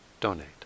donate